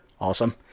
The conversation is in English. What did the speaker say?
Awesome